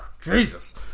Jesus